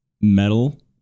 metal